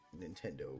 Nintendo